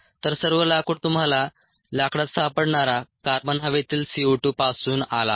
तर सर्व लाकूड तुम्हाला लाकडात सापडणारा कार्बन हवेतील CO2 पासून आला आहे